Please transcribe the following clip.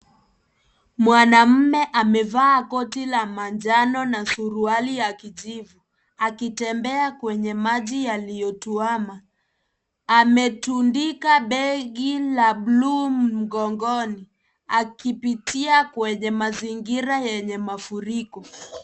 Mwanamme amevaa koti la manjano na suruali ya kijivu akitembea kwenye maji yaliyotuama, ametundika begi la buluu mgongoni akipitia kwenye mazingira yenye mafuriko.